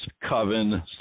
coven